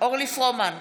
אורלי פרומן,